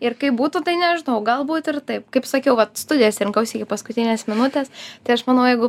ir kaip būtų tai nežinau galbūt ir taip kaip sakiau vat studijas rinkausi iki paskutinės minutės tai aš manau jeigu